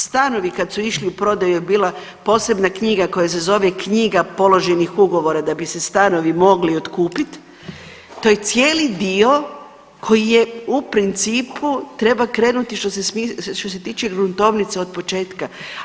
Stanovi kad su išli u prodaju je bila posebna knjiga koja se zove Knjiga položenih ugovora da bi se stanovi mogli otkupit, to je cijeli dio koji je u principu treba krenuti što se tiče gruntovnice otpočetka.